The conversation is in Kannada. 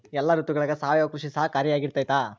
ಎಲ್ಲ ಋತುಗಳಗ ಸಾವಯವ ಕೃಷಿ ಸಹಕಾರಿಯಾಗಿರ್ತೈತಾ?